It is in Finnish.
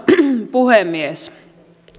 puhemies